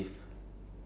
for like